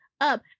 up